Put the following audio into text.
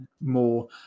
more